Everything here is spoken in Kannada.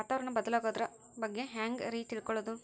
ವಾತಾವರಣ ಬದಲಾಗೊದ್ರ ಬಗ್ಗೆ ಹ್ಯಾಂಗ್ ರೇ ತಿಳ್ಕೊಳೋದು?